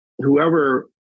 whoever